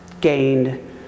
gained